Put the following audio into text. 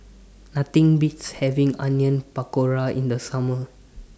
Nothing Beats having Onion Pakora in The Summer